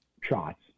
shots